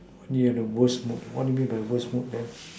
when you are in your worst mood what you mean by your worst mood then